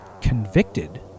convicted